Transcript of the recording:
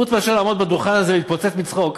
חוץ מאשר לעמוד על הדוכן הזה ולהתפוצץ מצחוק,